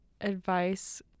advice